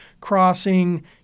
crossing